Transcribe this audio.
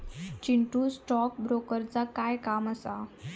Chintu, stock ब्रोकरचा काय काम असा?